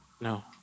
No